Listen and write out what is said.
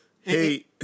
Hey